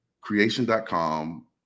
creation.com